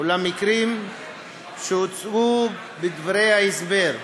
ולמקרים שהוצגו בדברי ההסבר להצעה,